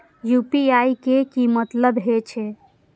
UPI के की मतलब हे छे?